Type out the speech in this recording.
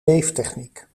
weeftechniek